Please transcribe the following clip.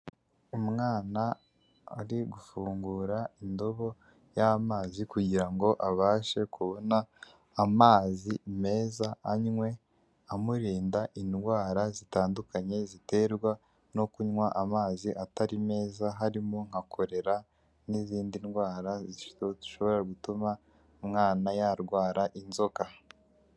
Umwana ari gufungura indobo y'amazi kugira ngo abashe kubona amazi meza anywe, amurinda indwara zitandukanye ziterwa no kunywa amazi atari meza, harimo nka kolera n'izindi ndwara zishobora gutuma umwana yarwara inzoka.